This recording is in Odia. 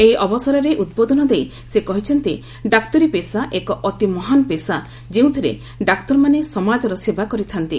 ଏହି ଅବସରରେ ଉଦ୍ବୋଧନ ଦେଇ ସେ କହିଛନ୍ତି ଡାକ୍ତରୀ ପେସା ଏକ ଅତି ମହାନ୍ ପେସା ଯେଉଁଥିରେ ଡାକ୍ତରମାନେ ସମାଜର ସେବା କରିଥା'ନ୍ତି